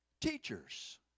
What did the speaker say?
Teachers